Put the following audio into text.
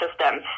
system